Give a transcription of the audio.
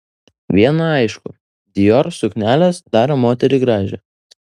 viena aišku dior suknelės daro moterį gražią